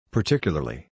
Particularly